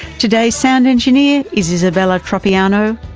today's sound engineer is isabella tropiano.